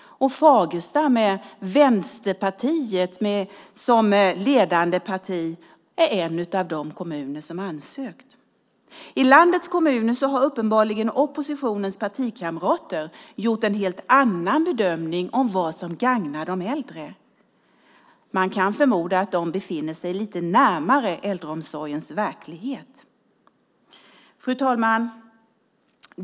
Fagersta med Vänsterpartiet som ledande parti är en av de kommuner som har ansökt. I landets kommuner har oppositionens partikamrater uppenbarligen gjort en helt annan bedömning av vad som gagnar de äldre. Man kan förmoda att de befinner sig lite närmare äldreomsorgens verklighet. Fru talman!